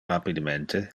rapidemente